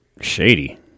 shady